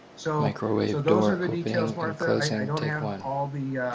so so those are the details, martha, i don't have all the